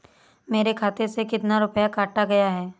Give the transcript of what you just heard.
मेरे खाते से कितना रुपया काटा गया है?